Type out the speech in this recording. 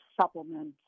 supplements